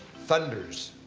thunders.